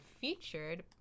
featured